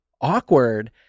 awkward